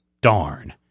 darn